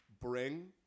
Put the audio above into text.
bring